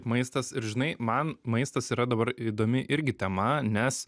maistas ir žinai man maistas yra dabar įdomi irgi tema nes